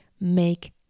make